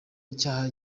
icyaha